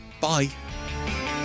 bye